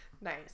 nice